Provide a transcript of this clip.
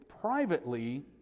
privately